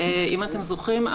אם אתם זוכרים,